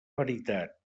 veritat